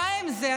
די עם זה.